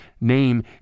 name